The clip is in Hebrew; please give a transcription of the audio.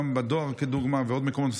גם בדואר לדוגמה ובעוד מקומות,